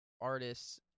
artists